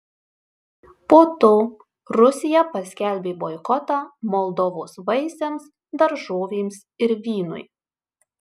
po to rusija paskelbė boikotą moldovos vaisiams daržovėms ir vynui